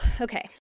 Okay